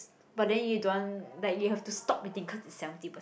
but then you don't want like you have to stop eating cause it's seventy percent